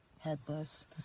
headless